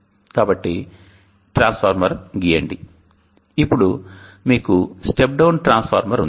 కాబట్టి ట్రాన్స్ఫార్మర్ను గీయండి ఇప్పుడు మీకు స్టెప్ డౌన్ ట్రాన్స్ఫార్మర్ ఉంది